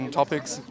topics